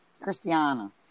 Christiana